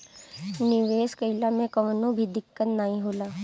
निवेश कइला मे कवनो भी दिक्कत नाइ होला